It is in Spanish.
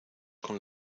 con